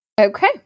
Okay